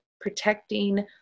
protecting